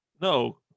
No